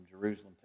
Jerusalem